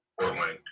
Portland